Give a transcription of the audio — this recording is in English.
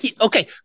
Okay